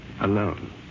alone